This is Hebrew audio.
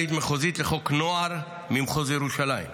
סוציאלית מחוזית לחוק הנוער ממחוז ירושלים.